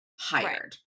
hired